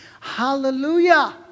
Hallelujah